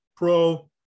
Pro